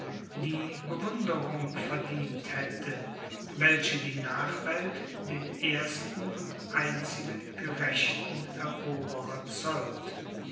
die bewunderung verdient hätte welche die nachwelt dem ersten und einzigen gerechten eroberer